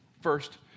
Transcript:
First